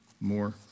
more